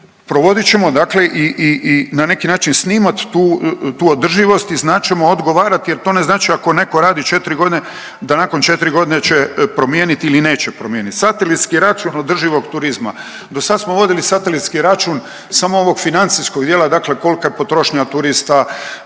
dakle i, i, i na neki način snimat tu, tu održivost i znat ćemo odgovarati jer to ne znači ako neko radi 4.g. da nakon 4.g. će promijeniti ili neće promijenit. Satelitski račun održivog turizma. Dosad smo vodili satelitski račun samo ovog financijskog dijela, dakle kolka je potrošnja turista